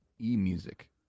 e-music